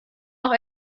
noch